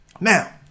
Now